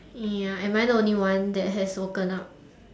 ya am I the only one that has woken up